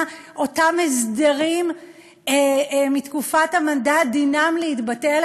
אותם הסדרים מתקופת המנדט דינם להתבטל.